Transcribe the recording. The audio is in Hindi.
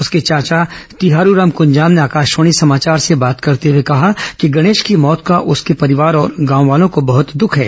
उसके चाचा तिहारूराम कंजाम ने आकाशवाणी समाचार से बात करते हुए कहा कि गणेश की मौत का उसके परिवार और गांव वालों को बहुत दुख है